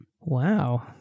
Wow